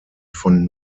von